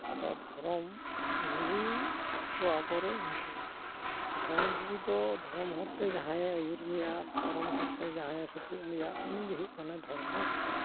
ᱟᱫᱚ ᱫᱷᱚᱨᱚᱢ ᱜᱩᱨᱩ ᱫᱚ ᱟᱵᱚᱨᱮᱱ ᱩᱱᱠᱩ ᱜᱮ ᱫᱷᱚᱨᱚᱢ ᱜᱩᱨᱩ ᱫᱚ ᱫᱷᱚᱨᱚᱢ ᱦᱚᱨᱛᱮ ᱡᱟᱦᱟᱸᱭᱮ ᱟᱹᱭᱩᱨ ᱢᱮᱭᱟ ᱫᱷᱚᱨᱚᱢ ᱦᱚᱨᱛᱮ ᱡᱟᱦᱟᱸᱭᱮ ᱥᱩᱛᱩᱜ ᱢᱮᱭᱟ ᱩᱱᱤᱜᱮᱭ ᱦᱩᱭᱩᱜ ᱠᱟᱱᱟᱭ ᱫᱷᱚᱨᱢᱚ ᱜᱩᱨᱩ